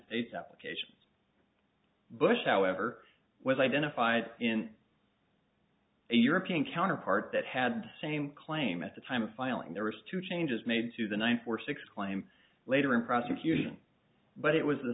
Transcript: states applications bush however was identified in a european counterpart that had the same claim at the time of filing there was two changes made to the one for six claim later in prosecution but it was the